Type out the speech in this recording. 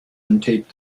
untaped